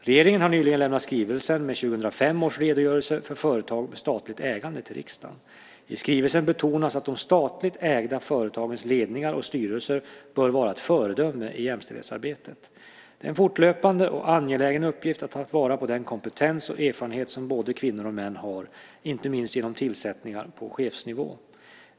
Regeringen har nyligen lämnat skrivelsen med 2005 års redogörelse för företag med statligt ägande till riksdagen. I skrivelsen betonas att de statligt ägda företagens ledningar och styrelser bör vara ett föredöme i jämställdhetsarbetet. Det är en fortlöpande och angelägen uppgift att ta vara på den kompetens och erfarenhet som både kvinnor och män har, inte minst genom tillsättningar på chefsnivå.